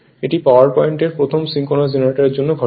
এটি পাওয়ার প্লান্টের প্রথম সিঙ্ক্রোনাস জেনারেটরের জন্য ঘটে